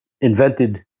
invented